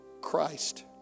Christ